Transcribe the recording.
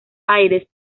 aires